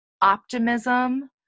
Optimism